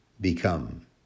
become